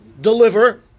Deliver